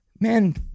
Man